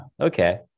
Okay